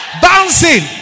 bouncing